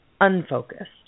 unfocused